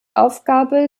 aufgabe